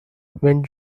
when